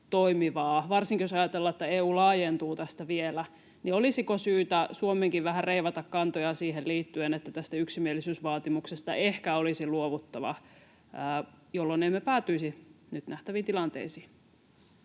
toimivaa, varsinkin jos ajatellaan, että EU laajentuu tästä vielä? Olisiko syytä Suomenkin vähän reivata kantoja siihen liittyen, että tästä yksimielisyysvaatimuksesta ehkä olisi luovuttava, jolloin emme päätyisi nyt nähtäviin tilanteisiin?